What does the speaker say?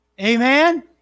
Amen